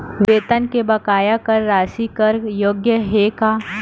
वेतन के बकाया कर राशि कर योग्य हे का?